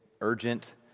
urgent